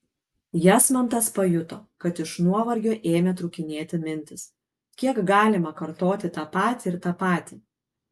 jasmantas pajuto kad iš nuovargio ėmė trūkinėti mintys kiek galima kartoti tą patį ir tą patį